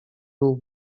był